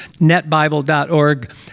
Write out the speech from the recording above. Netbible.org